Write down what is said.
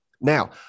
Now